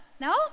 No